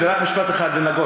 דודי, רק משפט אחד לנגוסה.